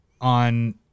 on